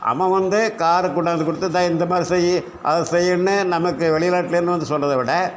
அவன் வந்து காரை கொண்டாந்து கொடுத்து இந்த இந்தமாதிரி செய் அதை செய்யின்னு நமக்கு வெளிநாட்டுலேந்து வந்து சொல்கிறத விட